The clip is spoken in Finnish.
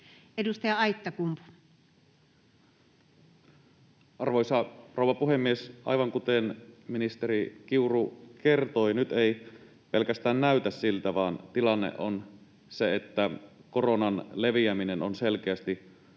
17:08 Content: Arvoisa rouva puhemies! Aivan kuten ministeri Kiuru kertoi, nyt ei pelkästään näytä siltä vaan tilanne on se, että koronan leviäminen on selkeästi alueellista.